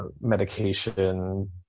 medication